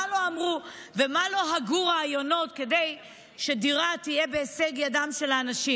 מה לא אמרו ואיזה רעיונות לא הגו כדי שדירה תהיה בהישג ידם של האנשים.